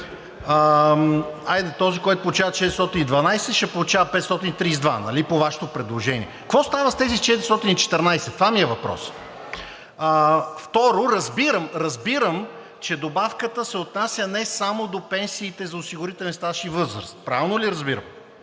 Хайде, този, който получава 412 лв., ще получава 532, нали, по Вашето предложение? Какво стана с тези 414 – това ми е въпросът? Второ, разбирам, че добавката се отнася не само до пенсиите за осигурителен стаж и възраст. Правилно ли разбирам